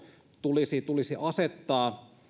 tulisi tulisi asettaa